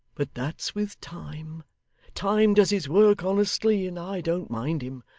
but that's with time time does his work honestly, and i don't mind him.